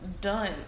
done